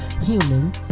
human